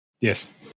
Yes